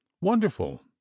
Wonderful